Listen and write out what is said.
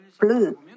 Blue